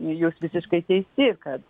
jūs visiškai teisi kad